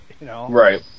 Right